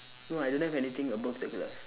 no I don't have anything above the glove